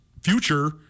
future